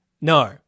No